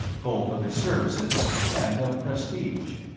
both of his services and of prestige.